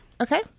Okay